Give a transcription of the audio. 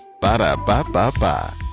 Ba-da-ba-ba-ba